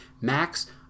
Max